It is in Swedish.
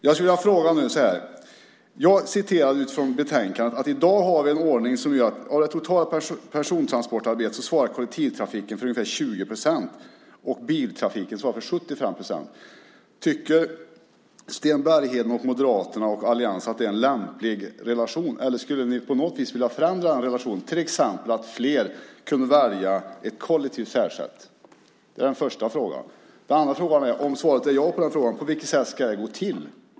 Jag läste i betänkandet att vi dag har en ordning för persontransportarbetet där kollektivtrafiken svarar för ungefär 20 procent och biltrafiken svarar för 75 procent. Tycker Sten Bergheden, Moderaterna och alliansen att det är en lämplig relation? Eller skulle ni på något vis vilja förändra relationen? Det kunde till exempel vara att fler kan välja ett kollektivt färdsätt. Det är den första frågan. Den andra frågan är: Om svaret på den första frågan är ja, på vilket sätt ska det gå till?